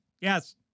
yes